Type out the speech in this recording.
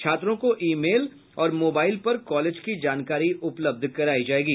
छात्रों को email और मोबाईल पर कॉलेज की जानकारी उपलब्ध करायी जायेगी